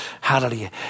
Hallelujah